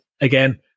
again